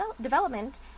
development